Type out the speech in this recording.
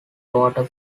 water